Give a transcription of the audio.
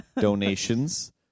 Donations